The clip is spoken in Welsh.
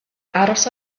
aros